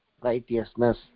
righteousness